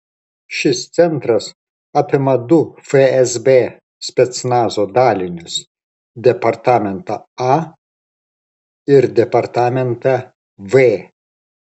šis centras apima du fsb specnazo dalinius departamentą a ir departamentą v